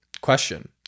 question